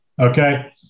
Okay